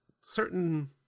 certain